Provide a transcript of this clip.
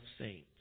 saints